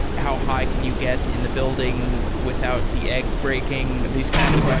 how high can you get in the building without the egg breaking. these kinds of but